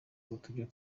uturyo